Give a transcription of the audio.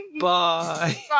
Bye